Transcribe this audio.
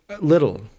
Little